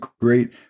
great